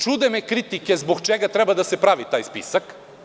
Čude me kritike - zbog čega treba da se pravi taj spisak?